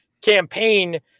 campaign